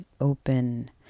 open